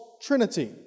trinity